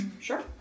Sure